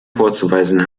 vorzuweisen